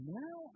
now